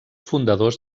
fundadors